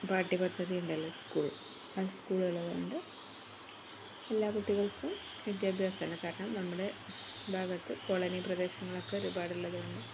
പാഠ്യപദ്ധതിയുണ്ടല്ലോ സ്കൂളില് ആ സ്കൂളുകളിലതുകൊണ്ട് എല്ലാ കുട്ടികൾക്കും വിദ്യാഭ്യാസമാണ് കാരണം നമ്മുടെ ഭാഗത്ത് കോളനി പ്രദേശങ്ങളൊക്കെ ഒരുപാടുള്ളതാണ്